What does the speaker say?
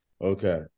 Okay